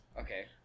Okay